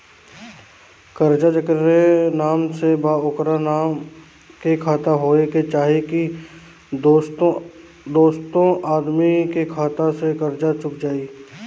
कर्जा जेकरा नाम से बा ओकरे नाम के खाता होए के चाही की दोस्रो आदमी के खाता से कर्जा चुक जाइ?